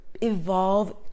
evolve